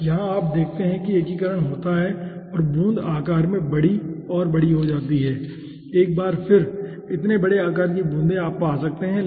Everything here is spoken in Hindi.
यहां आप देखते हैं कि एकीकरण होता है और बूंद आकार में बड़ी और बड़ी हो जाती है एक बार फिर इतने बड़े आकार की बूंदें आप पा सकते हैं ठीक है